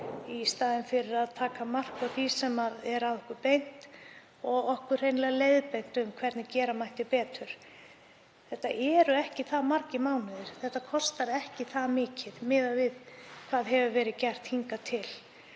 í staðinn fyrir að taka mark á því sem að er okkur beint og okkur hreinlega leiðbeint um hvernig gera mætti betur. Þetta eru ekki það margir mánuðir. Þetta kostar ekki það mikið miðað við hvað gert hefur verið hingað til.